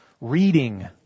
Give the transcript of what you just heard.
Reading